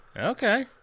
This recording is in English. Okay